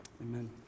amen